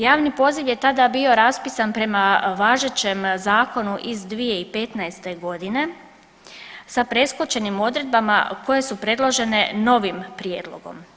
Javni poziv je tada bio raspisan prema važećem zakonu iz 2015. godine sa preskočenim odredbama koje su predložene novim prijedlogom.